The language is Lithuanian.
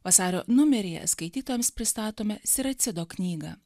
vasario numeryje skaitytojams pristatome siracido knygą